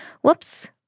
whoops